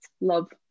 love